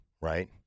right